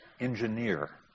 engineer